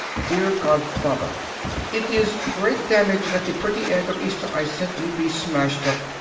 dear godfather it is great damage that the pretty egg of easter i sent you be smasht up!